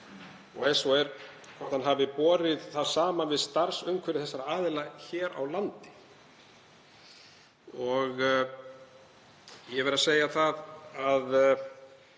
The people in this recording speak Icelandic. og ef svo er hvort hann hafi borið það saman við starfsumhverfi þessara aðila hér á landi. Ég verð að segja, af